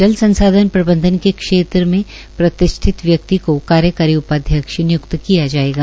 जल संसाधन प्रबंधन के क्षेत्र में प्रतिष्ठित व्यक्ति को कार्यकारी उपाध्यक्ष निय्क्त किया जाएगा